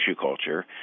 culture